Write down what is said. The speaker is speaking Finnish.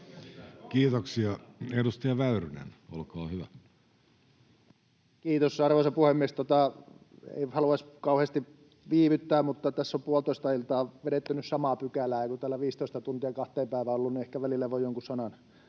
Kiitoksia. — Edustaja Väyrynen, olkaa hyvä. Kiitos, arvoisa puhemies! En haluaisi kauheasti viivyttää, mutta tässä on puolitoista iltaa vedetty nyt samaa pykälää, ja kun täällä on 15 tuntia kahteen päivään